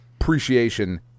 appreciation